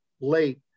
late